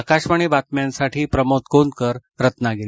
आकाशवाणीबातम्यांसांठी Pramod Konkar Ratnagiri